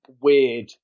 weird